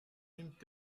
nimmt